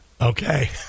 okay